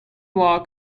wall